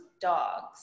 dogs